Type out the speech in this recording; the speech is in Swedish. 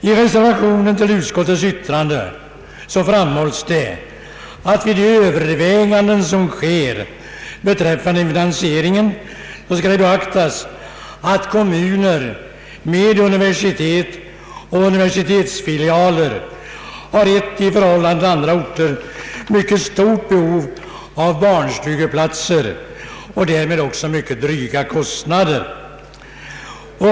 I reservationen till utskottets utlåtande framhålls att vid de överväganden som sker beträffande finasieringen skall beaktas att kommuner med universitet och universitetsfilialer har ett i förhållande till andra orter mycket stort behov av barnstugeplatser och därmed också mycket dryga kostnader.